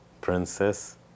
princess